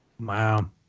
Wow